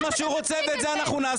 זה מה שהוא רוצה ואת זה אנחנו נעשה.